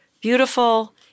beautiful